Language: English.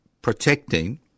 protecting